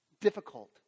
difficult